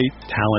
talent